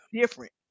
different